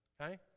okay